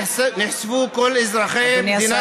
נחשפו כל אזרחי מדינת ישראל,